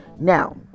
Now